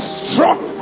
strong